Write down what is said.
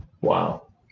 wow